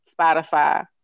Spotify